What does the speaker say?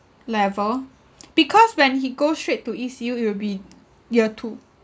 level because when he go straight to E_C_U it will be year two